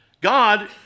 God